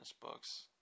books